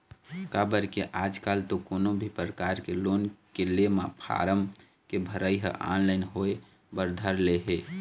काबर के आजकल तो कोनो भी परकार के लोन के ले म फारम के भरई ह ऑनलाइन होय बर धर ले हे